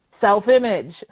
self-image